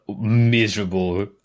miserable